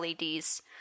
LEDs